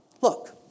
Look